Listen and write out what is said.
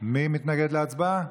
מי מתנגד להצבעה?